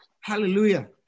Hallelujah